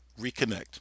reconnect